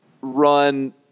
run